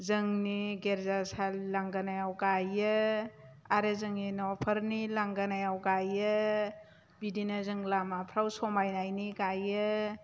जोंनि गिरजासालि लांगोनायाव गायो आरो जोंनि न'फोरनि लांगोनायाव गायो बिदिनो जों लामाफ्राव समायनायनि गायो